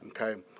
Okay